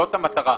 זאת המטרה.